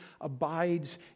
abides